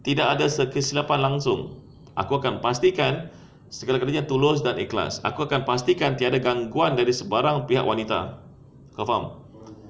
tidak ada kesilapan langsung aku akan pastikan segala-galanya tulus dan ikhlas aku akan pastikan tiada gangguan dari sebarang pihak wanita kau faham